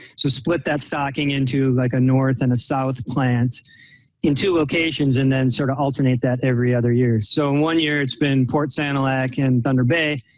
so split that stocking into like a north and a south plant in two locations. and then sort of alternate that every other year. so in one year it's been port sanilac and thunder bay,